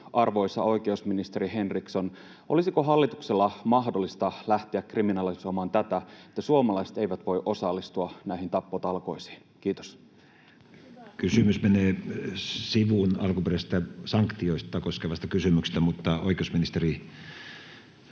arvoisa oikeusministeri Henriksson: olisiko hallituksen mahdollista lähteä kriminalisoimaan tätä suomalaisten osallistumista näihin tappotalkoisiin? — Kiitos. Kysymys menee sivuun alkuperäisestä sanktioita koskevasta kysymyksestä, mutta oikeusministeri,